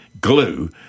glue